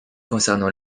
concernant